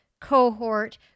cohort